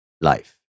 life